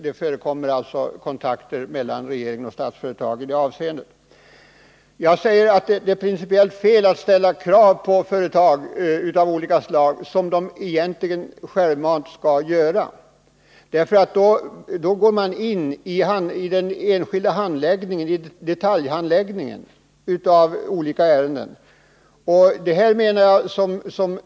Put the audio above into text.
Det förekommer alltså kontakter mellan regeringen och Statsföretag. Jag säger att det är principiellt fel att ställa krav på företag om åtgärder som de självmant skall vidta. Då går man in på detaljer i handläggningen av olika ärenden.